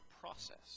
process